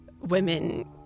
women